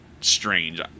strange